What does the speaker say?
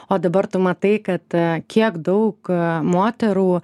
o dabar tu matai kad kiek daug moterų